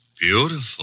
Beautiful